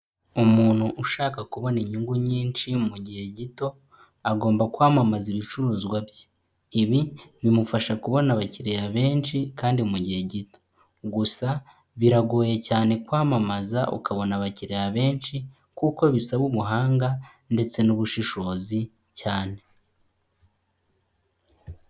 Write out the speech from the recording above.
Umuntu ushaka kubona inyungu nyinshi mu gihe gito, agomba kwamamaza ibicuruzwa bye, ibi bimufasha kubona abakiriya benshi kandi mu gihe gito, gusa biragoye cyane kwamamaza ukabona abakiriya benshi kuko bisaba umuhanga ndetse n'ubushishozi cyane.